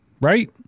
right